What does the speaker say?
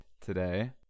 today